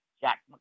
Jack